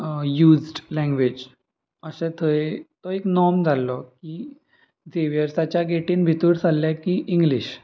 used language अशें थंय तो एक नॉम जाल्लो की झेवियर्साच्या गेटीन भितर सरले की इंग्लीश